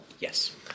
Yes